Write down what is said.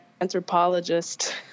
anthropologist